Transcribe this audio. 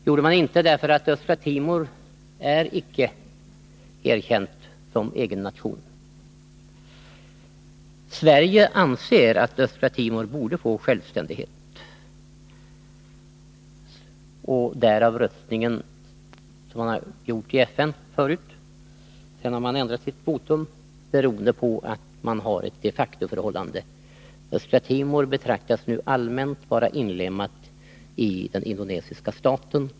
Det var man inte, därför att Östra Timor är icke erkänt som egen nation. Sverige anser att Östra Timor borde få självständighet. Därav röstningen i FN tidigare — sedan har Sverige ändrat sitt votum beroende på att man har ett de facto-förhållande. Östra Timor betraktas nu allmänt vara inlemmat i den indonesiska staten.